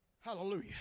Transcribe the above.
hallelujah